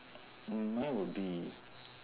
mine would be